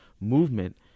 movement